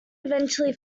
eventually